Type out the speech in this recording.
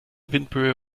windböe